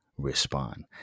Respond